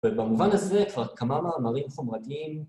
ובמובן הזה כבר כמה מאמרים חומרתיים...